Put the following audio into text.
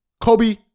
Kobe